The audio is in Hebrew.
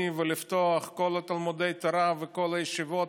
ולפתוח את כל תלמודי התורה וכל הישיבות,